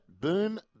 boom